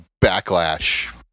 backlash